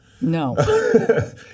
No